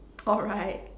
alright